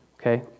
okay